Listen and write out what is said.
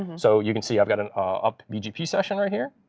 and so you can see i've got an up bgp session right here.